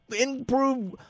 improve